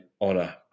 honor